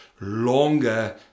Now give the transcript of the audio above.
longer